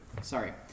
sorry